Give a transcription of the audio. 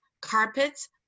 carpets